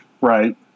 right